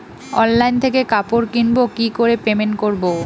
Online থেকে কাপড় কিনবো কি করে পেমেন্ট করবো?